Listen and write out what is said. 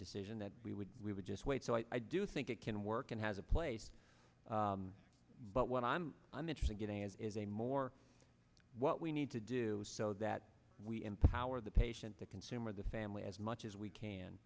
decision that we would really just wait so i do think it can work and has a place but when i'm i'm interested in a as is a more what we need to do so that we empower the patient the consumer the family as much as we can